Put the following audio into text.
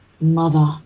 mother